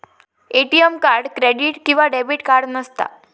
ATM card credit किंवा debit card नसता